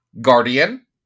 Guardian